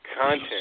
content